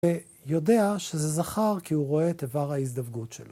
‫ויודע שזה זכר כי הוא רואה ‫את אבר ההזדווגות שלו.